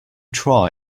try